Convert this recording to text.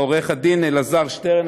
לעורך הדין אלעזר שטרן,